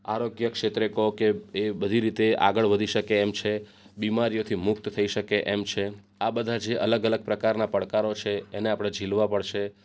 આરોગ્ય ક્ષેત્રે કો કે એ બધી રીતે આગળ વધી શકે એમ છે બીમારીઓથી મુક્ત થઈ શકે એમ છે આ બધા જે અલગ અલગ પ્રકારના પડકારો છે એને આપણે ઝીલવા પડશે